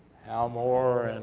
hal moore, and